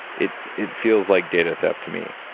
it it feels like data theft to me.